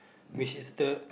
which is the